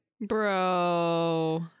bro